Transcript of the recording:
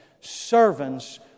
servants